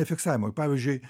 fiksavimui pavyzdžiui